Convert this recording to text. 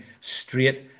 straight